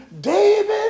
David